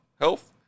health